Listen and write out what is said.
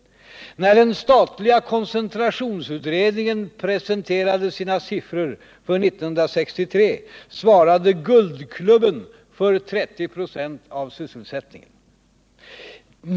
När den statliga koncentrationsutredningen presenterade sina siffror för 1963 svarade Guldklubben för 30 procent av sysselsättningen.